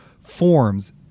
forms